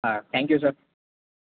હાં thank you sir